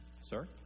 Sir